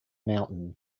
mountain